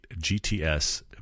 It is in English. GTS